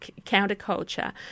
counterculture